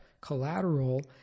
collateral